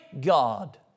God